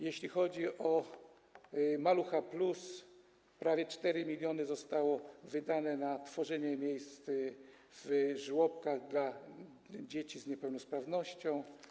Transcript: Jeśli chodzi o „Malucha+”, prawie 4 mln zostało wydane na tworzenie miejsc w żłobkach dla dzieci z niepełnosprawnością.